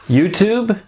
YouTube